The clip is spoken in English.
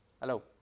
Hello